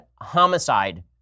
homicide